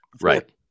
Right